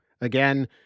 Again